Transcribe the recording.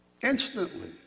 instantly